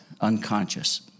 unconscious